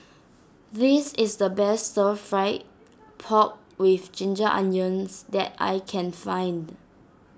this is the best Stir Fry Pork with Ginger Onions that I can find